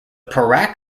perak